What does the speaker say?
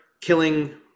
killing